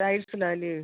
ടൈൽസിലാല്ല്യോ